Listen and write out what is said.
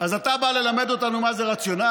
אז אתה בא ללמד אותנו מה זה רציונל?